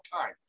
time